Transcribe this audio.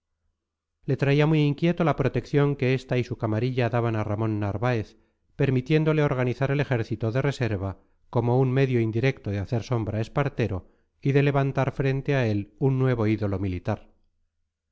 le traía muy inquieto la protección que esta y su camarilla daban a ramón narváez permitiéndole organizar el ejército de reserva como un medio indirecto de hacer sombra a espartero y de levantar frente a él un nuevo ídolo militar